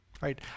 right